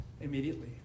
immediately